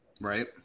Right